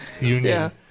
union